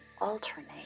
alternate